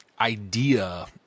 idea